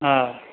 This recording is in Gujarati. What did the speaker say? હા